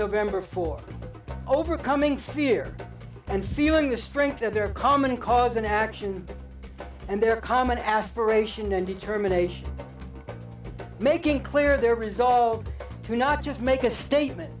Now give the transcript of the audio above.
november fourth overcoming fear and feeling the strength of their common cause in action and their common aspiration and determination making clear their results are not just make a statement